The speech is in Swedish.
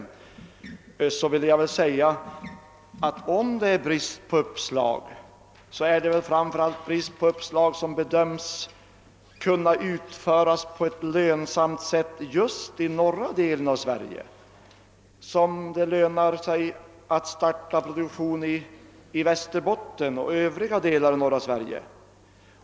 Med anledning därav vill jag säga att om det är brist på uppslag är det väl framför allt brist på uppslag i fråga om sådant som bedöms kunna utföras på ett lönsamt sätt just i norra delen av Sverige, sådan produktion som det lönar sig att starta i Västerbotten och övriga delar av norra Sverige.